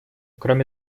кроме